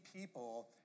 people